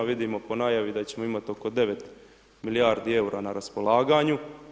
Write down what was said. Vidimo po najavi da ćemo imati oko 9 milijardi eura na raspolaganju.